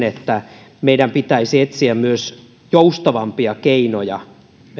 että meidän pitäisi myös etsiä joustavampia keinoja